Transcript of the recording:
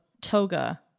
Toga